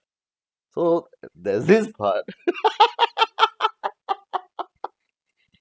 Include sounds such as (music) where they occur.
so there's this part (laughs)